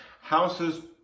Houses